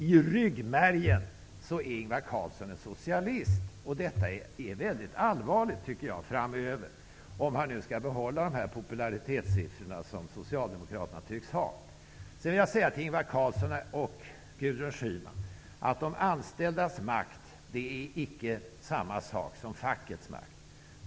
I ryggmärgen är Ingvar Carlsson en socialist. Detta tycker jag verkar bli mycket allvarligt framöver, om han nu skall behålla de popularitetssiffror som Socialdemokraterna tycks ha. Jag vill till Ingvar Carlsson och Gudrun Schyman säga att de anställdas makt icke är samma sak som fackets makt.